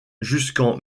jusqu’en